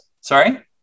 Sorry